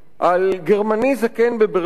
על גרמני זקן בברלין,